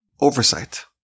oversight